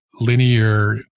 linear